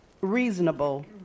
reasonable